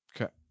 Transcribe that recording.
Okay